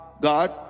god